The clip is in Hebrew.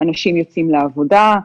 אנשים יוצאים לעבודה.